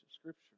Scripture